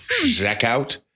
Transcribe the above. checkout